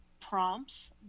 prompts